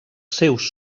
seus